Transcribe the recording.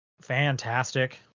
fantastic